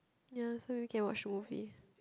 ya so you can watch movie